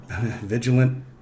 vigilant